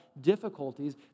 difficulties